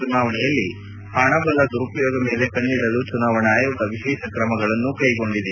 ಚುನಾವಣೆಯಲ್ಲಿ ಹಣಬಲ ದುರುಪಯೋಗ ಮೇಲೆ ಕಣ್ಣಿಡಲು ಚುನಾವಣಾ ಆಯೋಗ ವಿಶೇಷ ಕ್ರಮಗಳನ್ನು ಕ್ಯೆಗೊಂಡಿದೆ